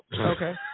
okay